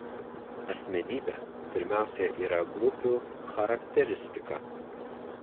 asmenybė pirmiausia yra grupių charakteristika